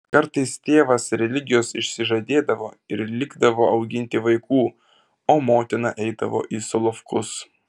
kartais tėvas religijos išsižadėdavo ir likdavo auginti vaikų o motina eidavo į solovkus